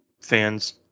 fans